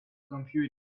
computer